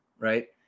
right